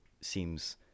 seems